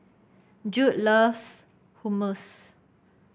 Judd loves Hummus